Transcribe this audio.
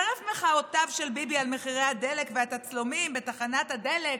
חרף מחאותיו של ביבי על מחירי הדלק והתצלומים בתחנת הדלק,